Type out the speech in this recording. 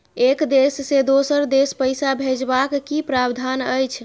एक देश से दोसर देश पैसा भैजबाक कि प्रावधान अछि??